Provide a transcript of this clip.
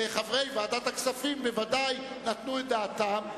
חברי ועדת הכספים בוודאי נתנו את דעתם,